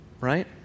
right